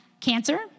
Cancer